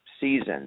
season